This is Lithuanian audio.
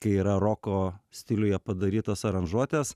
kai yra roko stiliuje padarytos aranžuotės